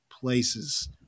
places